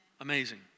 Amazing